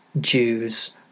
Jews